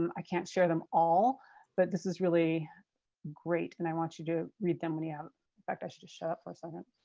um i can't share them all but this is really great and i want you to read them when you have in fact i should just shut up for second.